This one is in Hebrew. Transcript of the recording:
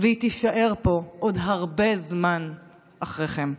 והיא תישאר פה עוד הרבה זמן אחריכם.